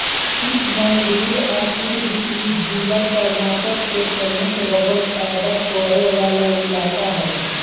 चिकमंगलूर आ कुर्ग इ जिला कर्नाटक के प्रमुख रबड़ पैदा करे वाला इलाका ह